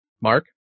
Mark